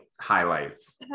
highlights